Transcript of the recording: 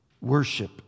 worship